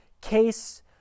case